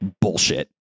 bullshit